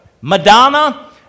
Madonna